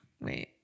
wait